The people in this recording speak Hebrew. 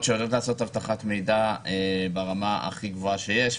שיודעות לעשות אבטחת מידע ברמה הכי גבוהה שיש,